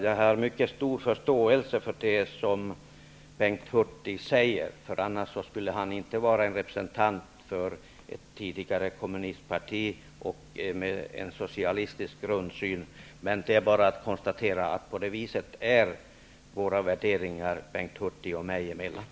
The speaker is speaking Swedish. Jag har mycket stor förståelse för det som Bengt Hurtig säger om statliga företag. Annars skulle han inte vara en representant för ett tidigare kommunistparti och ha en socialistisk grundsyn. Det är bara att konstatera att på det viset skiljer sig Bengt Hurtigs och mina värderingar.